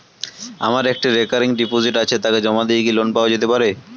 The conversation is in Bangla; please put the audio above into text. আমার একটি রেকরিং ডিপোজিট আছে তাকে জমা দিয়ে কি লোন পাওয়া যেতে পারে?